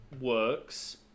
works